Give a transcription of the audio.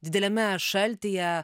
dideliame šaltyje